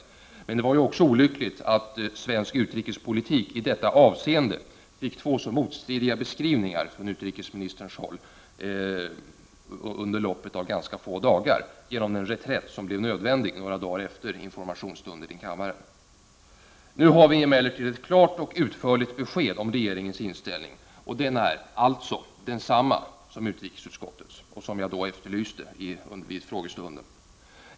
Dock var det olyckligt att svensk utrikespolitik även i detta avseende gavs två så motstridiga beskrivningar av utrikesministern under loppet av ganska få dagar till följd av den reträtt som blev nödvändig några dagar efter informationsstunden i kammaren. Nu har vi emellertid ett klart och utförligt besked om regeringens inställning som alltså är densamma som utrikesutskottets, vilken jag efterlyste vid frågestunden.